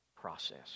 process